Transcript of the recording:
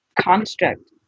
construct